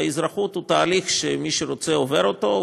ואזרחות היא תהליך שמי שרוצה עובר אותו.